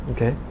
Okay